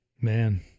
Man